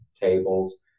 tables